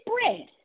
bread